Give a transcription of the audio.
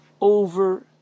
over